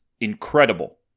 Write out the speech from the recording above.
incredible